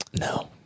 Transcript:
No